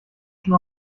schon